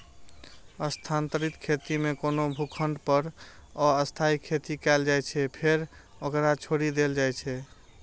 स्थानांतरित खेती मे कोनो भूखंड पर अस्थायी खेती कैल जाइ छै, फेर ओकरा छोड़ि देल जाइ छै